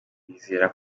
bizera